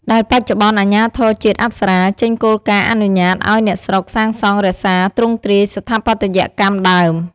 ដែលបច្ចុប្បន្នអាជ្ញាធរជាតិអប្សរាចេញគោលការណ៍អនុញ្ញាតឲ្យអ្នកស្រុកសាងសង់រក្សាទ្រង់ទ្រាយស្ថាបត្យកម្មដើម។